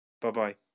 bye-bye